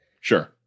Sure